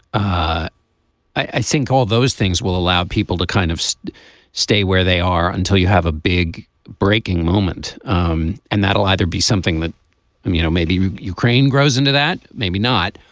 ah i think all those things will allow people to kind of stay where they are until you have a big breaking moment um and that will either be something that um you know maybe ukraine grows into that maybe not.